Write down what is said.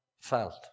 felt